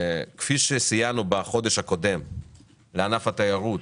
כפי שסייענו בחודש הקודם לענף התיירות